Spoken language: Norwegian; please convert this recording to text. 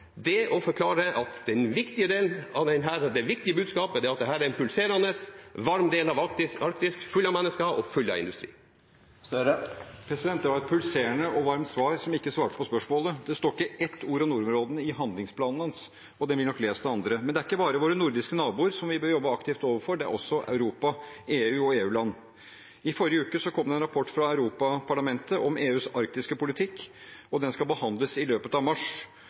det å forklare at det viktige i dette – og det viktige budskapet – er at dette er en pulserende, varm del av Arktis, full av mennesker og full av industri. Det var et pulserende og varmt svar, som ikke svarte på spørsmålet. Det står ikke ett ord om nordområdene i handlingsplanen hans, og den blir nok lest av andre. Det er ikke bare våre nordiske naboer som vi bør jobbe aktivt overfor, men det er også Europa, EU og EU-land. I forrige uke kom det en rapport fra Europaparlamentet om EUs arktiske politikk. Den skal behandles i løpet av mars.